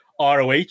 ROH